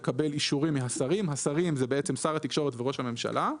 לקבל אישורים מהשרים - שר התקשורת וראש הממשלה.